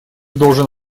должен